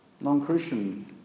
Non-Christian